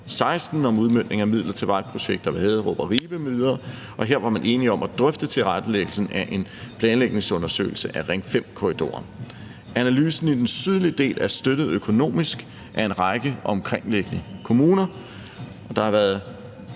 om udmøntning af midler til vejprojekter ved Haderup og Ribe m.v., og her var man enige om at drøfte tilrettelæggelsen af en planlægningsundersøgelse af Ring 5-korridoren. Analysen i den sydlige del er støttet økonomisk af en række omkringliggende kommuner. Der har gennem